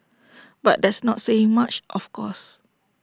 but that's not saying much of course